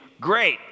great